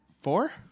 Four